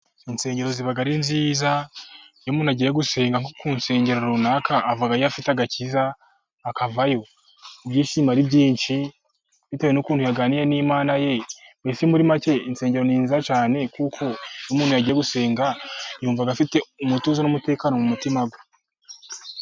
Insengero ziba ari nziza, iyo umuntu agiye gusenga nko ku nsengero runaka, avayo afite agakiza avayo ibyishimo ari byinshi, bitewe n'ukuntu yaganiriye n'Imana ye, mbese muri make insengero ni nziza cyane, kuko umuntu iyo yagiye gusenga, yumva afite umutuzo n'umutekano mu mutima we.